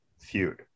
feud